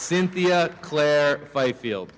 cynthia claire fyfield